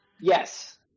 Yes